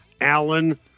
Allen